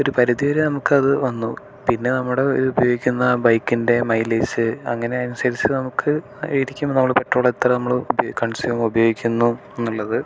ഒരു പരിധി വരെ നമുക്കത് വന്നു പിന്നെ നമ്മുടെ ഉപയോഗിക്കുന്ന ബൈക്കിൻ്റെ മൈലേജ്സ് അങ്ങനെ അനുസരിച്ച് നമുക്ക് ഇരിക്കും നമ്മൾ പെട്രോൾ എത്ര നമ്മൾ കൺസ്യും ഉപയോഗിക്കുന്നു എന്നുള്ളത്